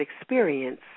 experience